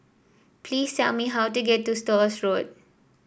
please tell me how to get to Stores Road